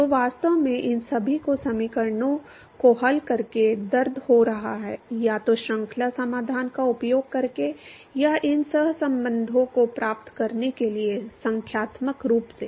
तो वास्तव में इन सभी को समीकरणों को हल करके दर्द हो रहा है या तो श्रृंखला समाधान का उपयोग करके या इन सहसंबंधों को प्राप्त करने के लिए संख्यात्मक रूप से